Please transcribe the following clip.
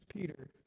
Peter